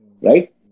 right